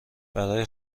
برای